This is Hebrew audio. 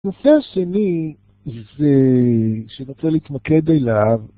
הנושא השני היא שאתה רוצה להתמקד אליו